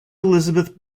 elizabeth